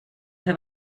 have